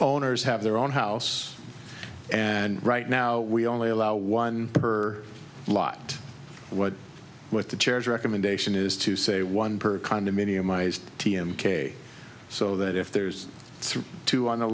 lers have their own house and right now we only allow one per lot what with the chairs recommendation is to say one per condominium ised d m k so that if there's two